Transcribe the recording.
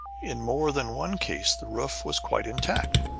in more than one case the roof was quite intact.